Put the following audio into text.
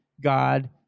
God